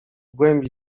głębi